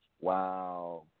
Wow